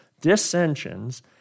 dissensions